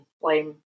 blame